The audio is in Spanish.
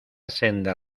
senda